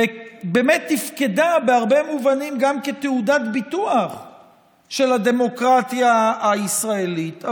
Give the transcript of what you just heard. ובאמת תפקדה בהרבה מובנים גם כתעודת ביטוח של הדמוקרטיה הישראלית.